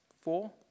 four